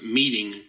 meeting